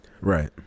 right